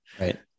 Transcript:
Right